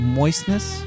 moistness